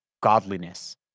godliness